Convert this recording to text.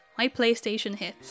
MyPlayStationHits